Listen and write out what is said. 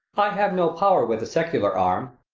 i have no power with the secular arm.